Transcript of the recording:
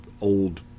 old